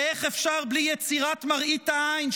ואיך אפשר בלי יצירת מראית העין,